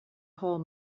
whole